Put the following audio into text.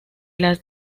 las